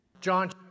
John